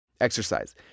Exercise